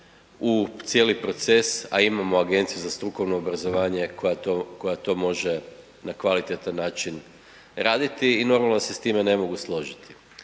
u cijeli proces a imamo agenciju za strukovno obrazovanje koja to može na kvalitetan način raditi i normalno da se sa time ne mogu složiti.